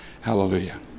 Hallelujah